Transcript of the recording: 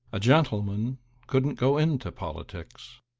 a gentleman couldn't go into politics.